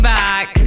back